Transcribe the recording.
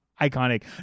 iconic